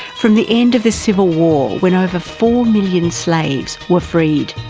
from the end of the civil war when over four million slaves were freed,